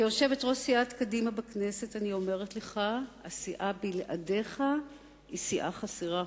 כיושבת-ראש סיעת קדימה בכנסת אני אומרת לך: הסיעה בלעדיך היא סיעה חסרה.